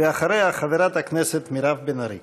ואחריה, חברת הכנסת מירב בן ארי.